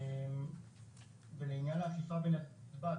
ולעניין האכיפה בנתב"ג,